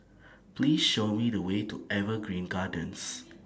Please Show Me The Way to Evergreen Gardens